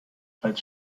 als